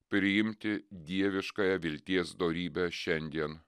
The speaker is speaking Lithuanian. priimti dieviškąją vilties dorybę šiandien